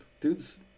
Dudes